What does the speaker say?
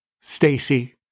Stacy